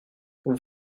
vous